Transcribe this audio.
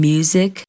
Music